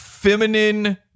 feminine